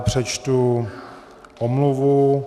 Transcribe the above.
Přečtu omluvu.